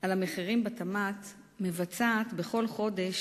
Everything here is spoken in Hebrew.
על המחירים בתמ"ת מבצעת בכל חודש